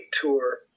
tour